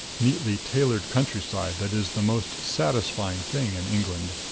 neatly tailored countryside that is the most satisfying thing in england.